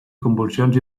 convulsions